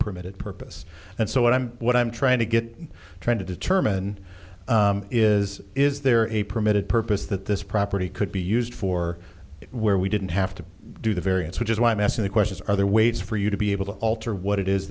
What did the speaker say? permitted purpose and so what i'm what i'm trying to get trying to determine is is there a permitted purpose that this property could be used for where we didn't have to do the variance which is why i'm asking the questions are there waits for you to be able to alter what it is